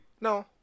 No